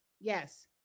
Yes